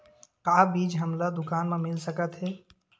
का बीज हमला दुकान म मिल सकत हे?